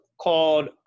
called